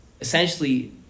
essentially